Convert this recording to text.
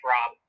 Rob